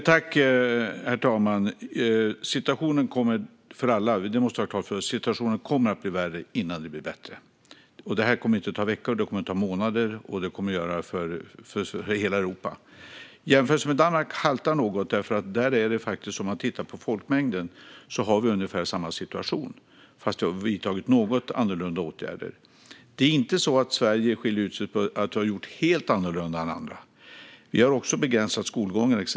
Herr talman! Situationen kommer, för alla, att bli värre innan det blir bättre. Det måste vi ha klart för oss. Och det kommer inte att ta veckor. Det kommer att ta månader. Och det kommer det att göra för hela Europa. Jämförelsen med Danmark haltar något. Med tanke på folkmängden har vi nämligen ungefär samma situation, även om vi har vidtagit något annorlunda åtgärder. Sverige skiljer inte ut sig genom att ha gjort helt annorlunda än andra. Vi har också begränsat exempelvis skolgången.